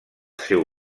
seu